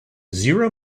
zero